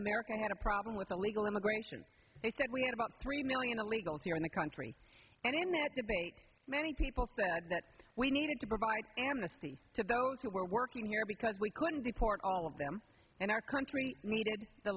america had a problem with illegal immigration it said we had about three million illegals here in the country and in that debate many people said that we needed to provide amnesty to those who were working here because we couldn't deport all of them and our country needed the